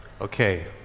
Okay